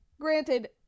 granted